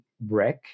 break